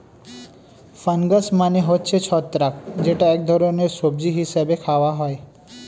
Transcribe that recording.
fungus মানে হচ্ছে ছত্রাক যেটা এক ধরনের সবজি হিসেবে খাওয়া হয়